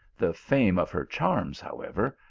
the fame of her charms, however,